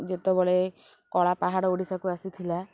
ଯେତେବେଳେ କଳା ପାହାଡ଼ ଓଡ଼ିଶାକୁ ଆସିଥିଲା